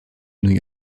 new